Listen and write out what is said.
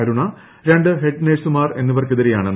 അരുണ രണ്ട് ഹെഡ് നഴ്സുമാർ എന്നിവർക്കെതിരെയാണ് നടപടി